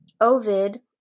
ovid